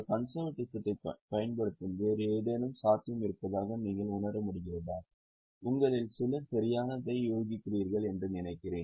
கன்செர்வேட்டிசத்தை பயன்படுத்தும் வேறு ஏதேனும் சாத்தியம் இருப்பதாக நீங்கள் உணர முடிகிறதா உங்களில் சிலர் சரியானதை யூகிக்கிறீர்கள் என்று நினைக்கிறேன்